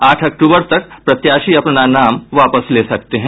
आठ अक्टूबर तक प्रत्याशी अपना नाम वापस ले सकते हैं